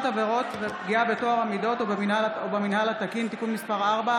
עבירות ופגיעה בטוהר המידות או במינהל התקין) (תיקון מס' 4),